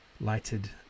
lighted